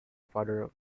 father